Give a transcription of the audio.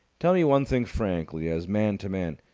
tell me one thing frankly, as man to man.